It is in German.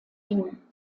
wien